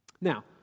Now